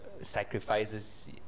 Sacrifices